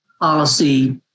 policy